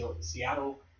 Seattle